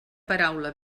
paraula